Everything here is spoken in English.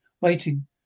waiting